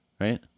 right